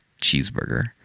cheeseburger